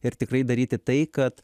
ir tikrai daryti tai kad